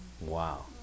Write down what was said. wow